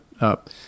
up